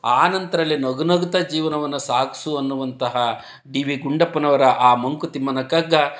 ಆ ನಂತರಲ್ಲಿ ನಗು ನಗ್ತಾ ಜೀವನವನ್ನು ಸಾಗಿಸುವನ್ನುವಂತಹ ಡಿ ವಿ ಗುಂಡಪ್ಪನವರ ಆ ಮಂಕುತಿಮ್ಮನ ಕಗ್ಗ